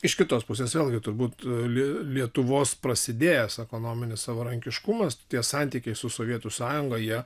iš kitos pusės vėlgi turbūt lie lietuvos prasidėjęs ekonominis savarankiškumas tie santykiai su sovietų sąjunga jie